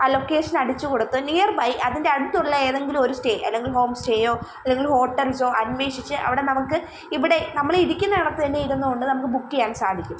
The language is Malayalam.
ആ ലൊക്കേഷൻ അടിച്ച് കൊടുത്ത് നിയർബൈ അതിന്റെയടുത്തുള്ള ഏതെങ്കിലുമൊരു സ്റ്റേ അല്ലെങ്കിൽ ഹോം സ്റ്റേയോ അല്ലെങ്കിൽ ഹോട്ടൽസോ അന്വേഷിച്ച് അവിടെ നമുക്ക് ഇവിടെ നമ്മളീ ഇരിക്കുന്നിന്നെടത്ത് തന്നെ ഇരുന്നുകൊണ്ട് നമുക്ക് ബുക്ക് ചെയ്യാൻ സാധിക്കും